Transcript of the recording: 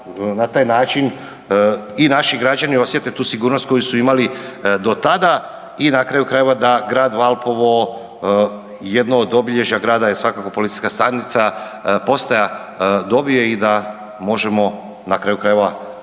na taj način i naši građani osjete tu sigurnost koju su imali do tada i na kraju krajeva da Grad Valpovo jedno od obilježja grada je svakako policijska stanica, postaja dobije i da možemo na kraju krajeva isto